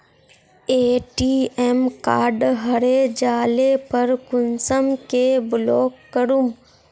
ATM card हरे जाले पर कुंसम के ब्लॉक करूम?